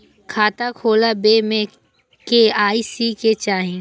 खाता खोला बे में के.वाई.सी के चाहि?